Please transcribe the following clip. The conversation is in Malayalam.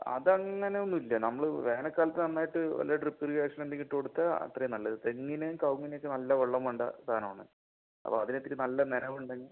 അത് അങ്ങനെ ഒന്നും ഇല്ല നമ്മള് വേനൽക്കാലത്ത് നന്നായിട്ട് വല്ല ട്രിപ്പിന് ശേഷം എന്തെങ്കിലും ഇട്ട് കൊടുത്താൽ അത്രയും നല്ലത് തെങ്ങിന് കവുങ്ങിന് ഒക്കെ നല്ല വെള്ളം വേണ്ട സാധനം ആണ് അപ്പം അതിന് ഇത്തിരി നല്ല നനവ് ഉണ്ടെങ്കിൽ